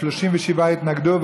37 התנגדו,